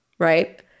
Right